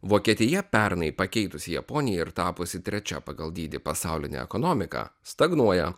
vokietija pernai pakeitus japoniją ir tapusi trečia pagal dydį pasauline ekonomika stagnuoja